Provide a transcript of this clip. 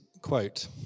quote